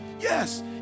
Yes